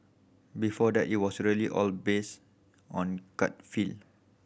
before that it was really all based on gut feel